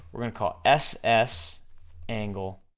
we're gonna call ss angle